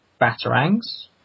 Batarangs